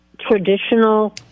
traditional